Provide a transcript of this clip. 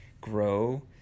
grow